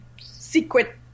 secret